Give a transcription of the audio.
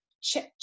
check